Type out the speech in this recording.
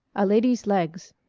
a lady's legs